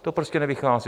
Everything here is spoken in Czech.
To prostě nevychází.